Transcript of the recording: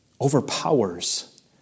overpowers